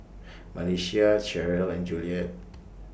Melissia Cheryle and Juliet